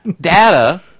Data